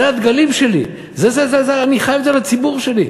זה הדגלים שלי, אני חייב את זה לציבור שלי.